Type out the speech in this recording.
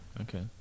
Okay